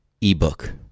ebook